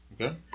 Okay